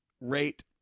rate